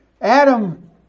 Adam